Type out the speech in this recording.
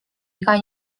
iga